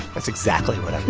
that's exactly what i